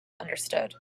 understood